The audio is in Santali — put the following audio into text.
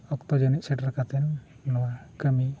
ᱚᱠᱛᱚ ᱡᱟᱹᱱᱤᱡ ᱥᱮᱴᱮᱨ ᱠᱟᱛᱮ ᱱᱚᱣᱟ ᱠᱟᱹᱢᱤ